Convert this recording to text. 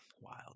Wild